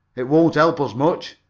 it won't help us much,